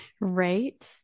Right